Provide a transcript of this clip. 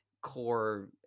core